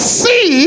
see